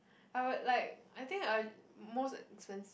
I would like I think I most expense